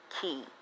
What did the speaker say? key